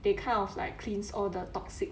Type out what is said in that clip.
they kind of like cleans all the toxic